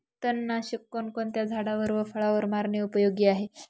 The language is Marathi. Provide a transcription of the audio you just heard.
तणनाशक कोणकोणत्या झाडावर व फळावर मारणे उपयोगी आहे?